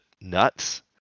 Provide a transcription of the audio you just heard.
nuts